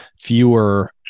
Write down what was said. fewer